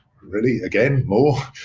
really, again more?